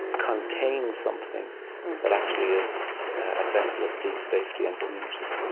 contains something that actually is a vessel of deep safety and community